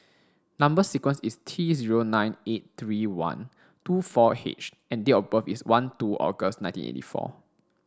number sequence is T zero nine eight three one two four H and date of birth is one two August nineteen eighty four